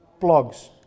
blogs